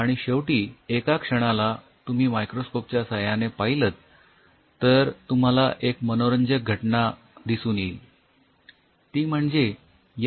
आणि शेवटी एका क्षणाला तुम्ही मायक्रोस्कोप च्या साह्याने पाहिलंत तर तुम्हाला एक मनोरंजक घटना दिसून येईल ती म्हणजे या पेशी एका ठिकाणी स्थिरावतील